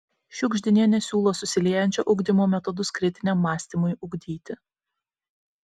šiugždinienė siūlo susiliejančio ugdymo metodus kritiniam mąstymui ugdyti